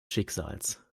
schicksals